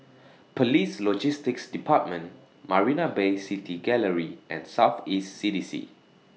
Police Logistics department Marina Bay City Gallery and South East C D C